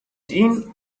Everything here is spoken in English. seen